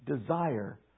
desire